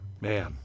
Man